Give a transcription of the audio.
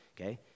okay